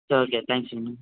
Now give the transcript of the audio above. சரி ஓகே தேங்க்ஸுங்க அண்ணா